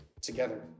together